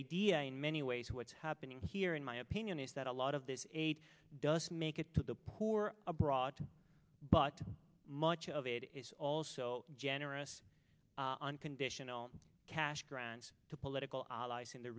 idea in many ways what's happening here in my opinion is that a lot of this aid does make it to the poor abroad but much of it is also generous unconditional cash grants to political allies in the